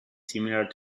similar